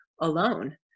alone